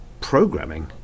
programming